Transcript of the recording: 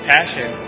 Passion